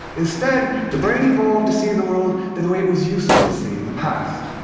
instead, the brain evolved to see the world the the way it was useful to see in the past.